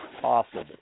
possible